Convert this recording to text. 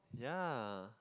yeah